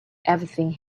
everything